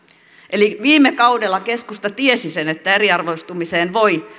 eli viime kaudella keskusta tiesi sen että eriarvoistumiseen voi